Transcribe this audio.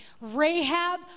Rahab